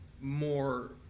more